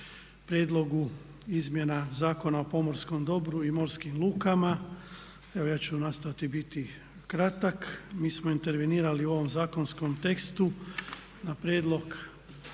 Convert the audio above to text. prijedlogu izmjena Zakona o pomorskom dobru i morskim lukama. Evo ja ću nastojati biti kratak. Mi smo intervenirali u ovom zakonskom tekstu na prijedlog